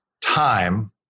time